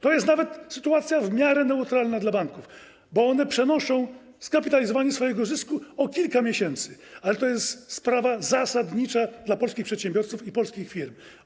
To jest nawet sytuacja w miarę neutralna dla banków, bo one przenoszą skapitalizowanie swojego zysku o kilka miesięcy, ale to jest sprawa zasadnicza dla polskich przedsiębiorców i polskich firm.